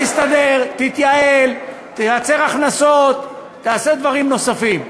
תסתדר, תתייעל, תייצר הכנסות, תעשה דברים נוספים,